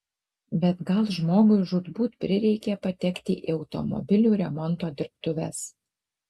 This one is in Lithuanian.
bet gal žmogui žūtbūt prireikė patekti į automobilių remonto dirbtuves